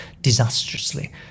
disastrously